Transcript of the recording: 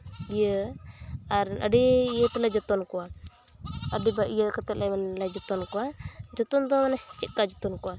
ᱤᱭᱟᱹ ᱟᱨ ᱟᱹᱰᱤ ᱤᱭᱟᱹᱛᱮᱞᱮ ᱡᱚᱛᱚᱱ ᱠᱚᱣᱟ ᱟᱹᱰᱤ ᱟᱨ ᱤᱭᱟᱹ ᱠᱟᱛᱮᱫ ᱞᱮ ᱡᱚᱛᱚᱱ ᱠᱚᱣᱟ ᱡᱚᱛᱚᱱ ᱫᱚ ᱢᱟᱱᱮ ᱪᱮᱫ ᱞᱮᱠᱟ ᱡᱚᱛᱚᱱ ᱠᱚᱣᱟ